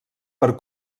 per